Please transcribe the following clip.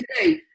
today